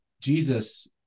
Jesus